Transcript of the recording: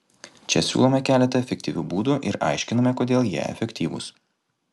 čia siūlome keletą efektyvių būdų ir aiškiname kodėl jie efektyvūs